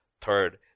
Third